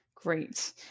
Great